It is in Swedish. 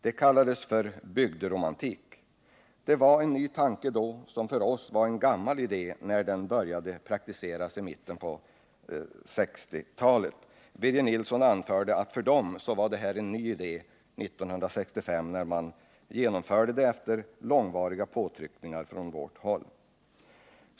Det kallades för bygderomantik. Det var en ny tanke då, som för oss var en gammal idé när den började praktiseras i mitten på 1960-talet. Birger Nilsson anförde att för socialdemokraterna var det en ny idé 1965, när man genonförde den efter långvariga påtryckningar från vårt håll.